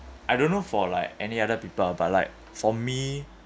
I don't know for like any other people but like for me